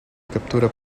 captura